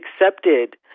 accepted